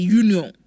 union